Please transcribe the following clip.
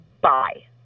Bye